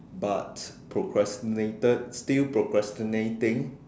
but procrastinated still procrastinating